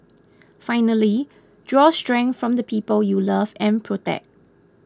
finally draw strength from the people you love and protect